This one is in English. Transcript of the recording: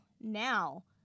now